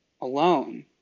alone